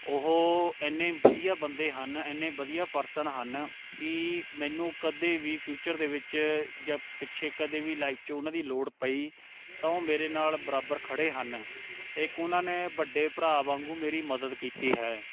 ਉਹ ਐਨੇ ਵਧੀਆ ਬੰਦੇ ਹਨ ਐਨੇ ਵਧੀਆ ਪਰਸਨ ਹਨ ਕਿ ਮੈਨੂੰ ਕਦੇ ਵੀ ਫਿਊਚਰ ਦੇ ਵਿੱਚ ਜਾਂ ਪਿੱਛੇ ਕਦੇ ਵੀ ਲਾਈਫ 'ਚ ਉਹਨਾਂ ਦੀ ਲੋੜ ਪਈ ਤਾਂ ਉਹ ਮੇਰੇ ਨਾਲ਼ ਬਰਾਬਰ ਖੜ੍ਹੇ ਹਨ ਇੱਕ ਉਹਨਾਂ ਨੇ ਵੱਡੇ ਭਰਾ ਵਾਂਗੂੰ ਮੇਰੀ ਮਦਦ ਕੀਤੀ ਹੈ